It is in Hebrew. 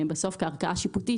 כערכאה שיפוטית,